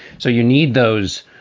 so you need those.